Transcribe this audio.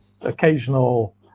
occasional